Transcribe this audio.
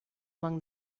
among